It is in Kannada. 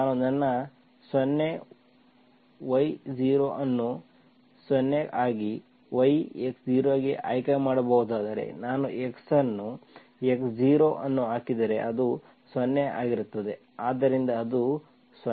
ನಾನು ನನ್ನ 0 y0 ಅನ್ನು 0 ಆಗಿ y x0 ಗೆ ಆಯ್ಕೆ ಮಾಡಬಹುದಾದರೆ ನಾನು x ಅನ್ನು x0 ಅನ್ನು ಹಾಕಿದರೆ ಅದು 0 ಆಗಿರುತ್ತದೆ ಆದ್ದರಿಂದ ಅದು 0